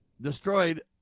destroyed